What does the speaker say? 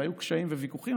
והיו קשיים וויכוחים,